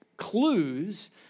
clues